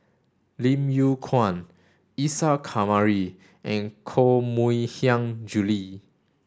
Lim Yew Kuan Isa Kamari and Koh Mui Hiang Julie